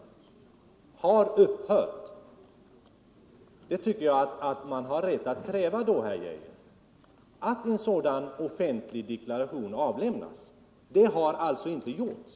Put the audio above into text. Jag tycker, herr Arne Geijer i Stockholm, att man har rätt att kräva att en sådan offentlig deklaration avlämnas. Det har inte gjorts.